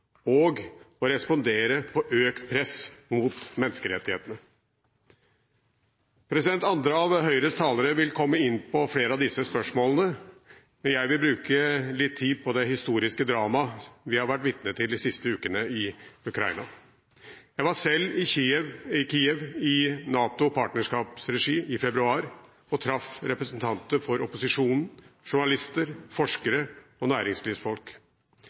og å respondere på økt press mot menneskerettighetene. Andre av Høyres talere vil komme inn på flere av disse spørsmålene, men jeg vil bruke litt tid på det historiske dramaet vi har vært vitne til de siste ukene i Ukraina. Jeg var selv i Kiev i NATOs partnerskaps regi i februar og traff representanter for opposisjonen, journalister, forskere og næringslivsfolk.